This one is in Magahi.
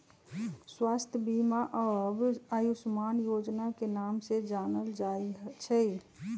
स्वास्थ्य बीमा अब आयुष्मान योजना के नाम से जानल जाई छई